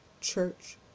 Church